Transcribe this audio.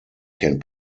can